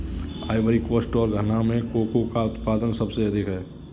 Ivory coast और घना में कोको का उत्पादन सबसे अधिक है